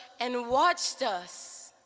and watched us.